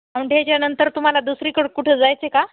औंढेच्यानंतर तुम्हाला दुसरीकडे कुठं जायचे का